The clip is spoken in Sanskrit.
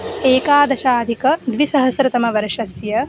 एकादशाधिकद्विसहस्रतमवर्षस्य